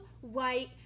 white